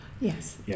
Yes